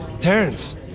Terrence